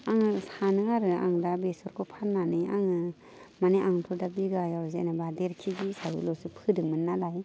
आङो सानो आरो आं दा बेसरखौ फाननानै आङो मानि आंथ' दा बिघायाव जेनेबा देर केजि हिसाबैल'सो फोदोंमोन ना